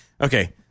Okay